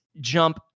jump